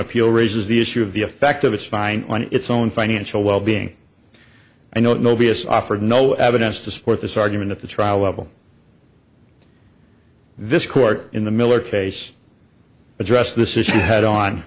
appeal raises the issue of the effect of its fine on its own financial well being i note no b s offered no evidence to support this argument at the trial level this court in the miller case addressed this issue head on